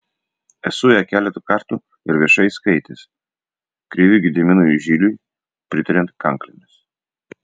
esu ją keletą kartų ir viešai skaitęs kriviui gediminui žiliui pritariant kanklėmis